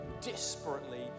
desperately